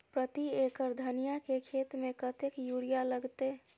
प्रति एकड़ धनिया के खेत में कतेक यूरिया लगते?